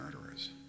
murderers